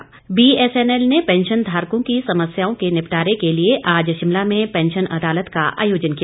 BSNL BSNL ने pension धारकों की समस्याओं के निपटारे के लिए आज शिमला में पैंशन अदालत का आयोजन किया